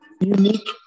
unique